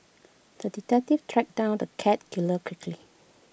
the detective tracked down the cat killer quickly